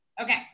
okay